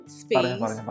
space